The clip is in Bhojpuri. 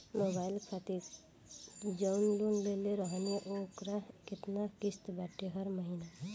मोबाइल खातिर जाऊन लोन लेले रहनी ह ओकर केतना किश्त बाटे हर महिना?